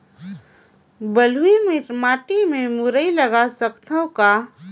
बलुही माटी मे मुरई लगा सकथव का?